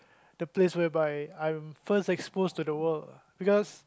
the place where by I'm first expose to the whole because